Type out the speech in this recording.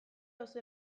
oso